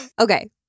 Okay